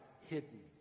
hidden